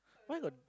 why got